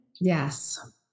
Yes